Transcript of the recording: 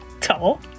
tall